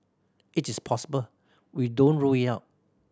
it is possible we don't rule it out